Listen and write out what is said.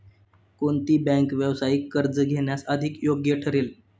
कोणती बँक व्यावसायिक कर्ज घेण्यास अधिक योग्य ठरेल?